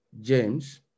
James